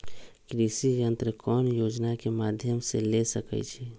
कृषि यंत्र कौन योजना के माध्यम से ले सकैछिए?